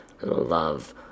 love